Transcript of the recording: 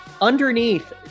underneath